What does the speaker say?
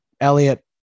Elliot